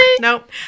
nope